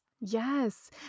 yes